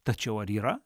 tačiau ar yra